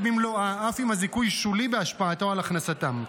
במלואה אף אם הזיכוי שולי בהשפעתו על הכנסתם.